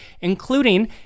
including